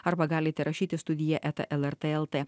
arba galite rašyti studija eta lrt lt